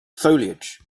foliage